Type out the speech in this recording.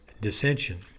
dissension